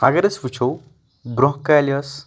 اگر أسۍ وٕچھو برٛونٛہہ کالہِ ٲس